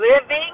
living